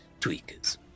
tweakers